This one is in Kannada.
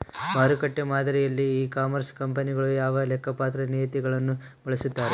ಮಾರುಕಟ್ಟೆ ಮಾದರಿಯಲ್ಲಿ ಇ ಕಾಮರ್ಸ್ ಕಂಪನಿಗಳು ಯಾವ ಲೆಕ್ಕಪತ್ರ ನೇತಿಗಳನ್ನು ಬಳಸುತ್ತಾರೆ?